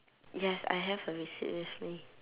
yes I have a receipt with me